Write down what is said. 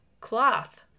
cloth